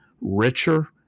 richer